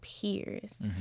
peers